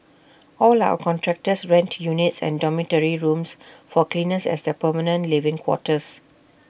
all our contractors rent units and dormitory rooms for cleaners as their permanent living quarters